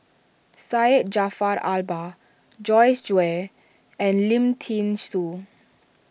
Syed Jaafar Albar Joyce Jue and Lim thean Soo